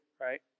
right